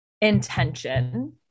intention